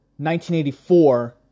1984